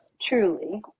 truly